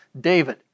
David